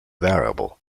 variable